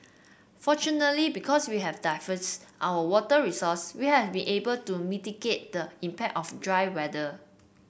fortunately because we have diversified our water resources we have been able to mitigate the impact of drier weather